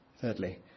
thirdly